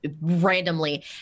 randomly